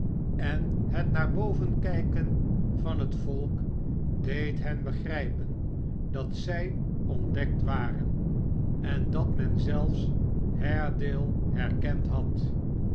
en het naar boven kijken van het volk deed hen begrijpen dat zij ontdekt waren en dat men zelfs haredale herkend had